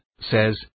says